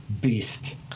beast